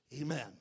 Amen